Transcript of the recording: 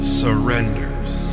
surrenders